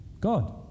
God